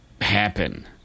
happen